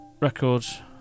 Records